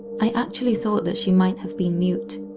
i actually thought that she might have been mute.